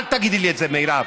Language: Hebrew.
אל תגידי לי את זה, מירב.